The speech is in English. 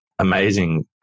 Amazing